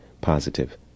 positive